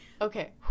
okay